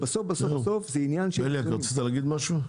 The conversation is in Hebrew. בליאק, רצית להגיד משהו?